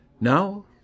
Now